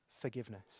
forgiveness